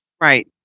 Right